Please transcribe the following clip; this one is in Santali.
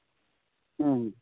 ᱦᱩᱸ